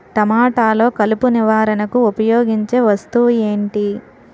టమాటాలో కలుపు నివారణకు ఉపయోగించే వస్తువు ఏంటి?